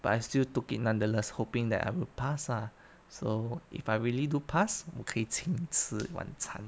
but I still took it nonetheless hoping that I will pass ah so if I really do pass 我可以请你吃晚晚餐